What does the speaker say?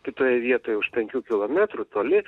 kitoje vietoje už penkių kilometrų toli